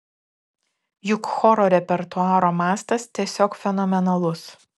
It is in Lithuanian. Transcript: juk choro repertuaro mastas tiesiog fenomenalus